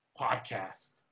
podcast